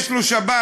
יש לו שבת,